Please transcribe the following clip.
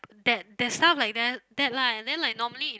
that that stuff like that that lah and then like normally